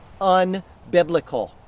unbiblical